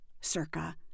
circa